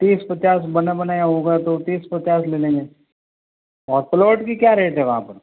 तीस पचास बना बनाया होगा तो तीस पचास ले लेंगे और प्लोट की क्या रेट है वहाँ पर